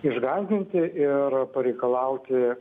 išgąsdinti ir pareikalauti